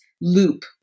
loop